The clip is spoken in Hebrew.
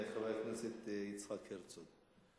חבר הכנסת יצחק הרצוג.